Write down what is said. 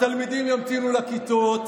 התלמידים ימתינו לכיתות,